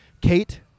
kate